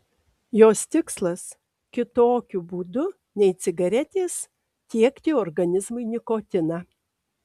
jos tikslas kitokiu būdu nei cigaretės tiekti organizmui nikotiną